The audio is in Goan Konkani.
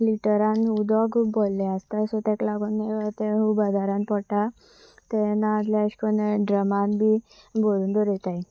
लिटरान उदक भरले आसता सो ताका लागून तें खूब हजारान पोटा ते ना जाल्यार अशे करून ड्रमान बी भरून दवयताय